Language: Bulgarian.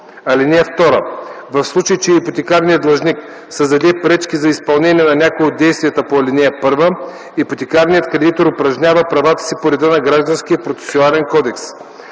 (2) В случай, че ипотекарният длъжник създаде пречки за изпълнение на някои от действията по ал. 1, ипотекарният кредитор упражнява правата си по реда на Гражданския процесуален кодекс.